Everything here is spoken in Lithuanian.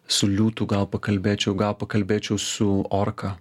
su liūtu gal pakalbėčiau gal pakalbėčiau su orka